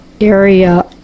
area